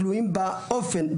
תלויים באופן,